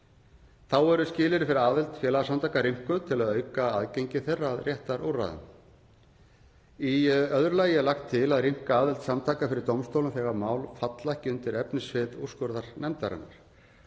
Þá eru skilyrði fyrir aðild félagasamtaka rýmkuð til að auka aðgengi þeirra að réttarúrræðinu. Í öðru lagi er lagt til að rýmka aðild samtaka fyrir dómstólum þegar mál falla ekki undir efnissvið úrskurðarnefndarinnar.